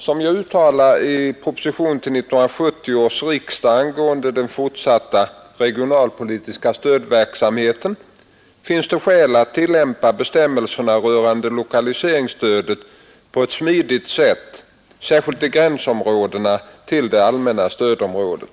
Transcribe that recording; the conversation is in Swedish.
Som jag uttalade i propositionen till 1970 års riksdag angående den fortsatta regionalpolitiska stödverksamheten finns det skäl att tillämpa bestämmelserna rörande lokaliseringsstödet på ett smidigt sätt särskilt i gränsområdena till det allmänna stödområdet.